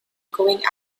going